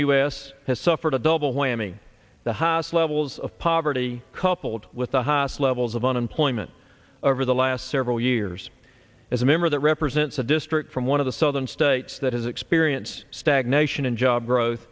us has suffered a double whammy the highest levels of poverty coupled with a hoss levels of unemployment over the last several years as a member that represents a district from one of the southern states that has experience stagnation in job growth